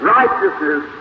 righteousness